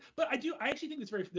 but i do, i actually think it's very,